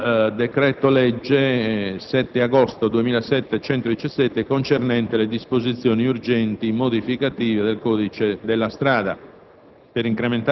del decreto-legge 3 agosto 2007, n. 117, recante disposizioni urgenti modificative del codice della strada